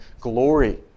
glory